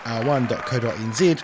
r1.co.nz